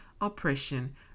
oppression